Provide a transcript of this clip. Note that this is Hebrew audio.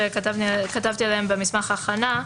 שכתבתי עליהן במסמך ההכנה.